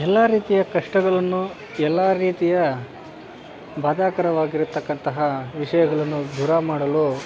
ಎಲ್ಲ ರೀತಿಯ ಕಷ್ಟಗಳನ್ನು ಎಲ್ಲ ರೀತಿಯ ಬಾಧಕರವಾಗಿರ್ತಕ್ಕಂತಹ ವಿಷಯಗಳನ್ನು ದೂರ ಮಾಡಲು